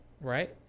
right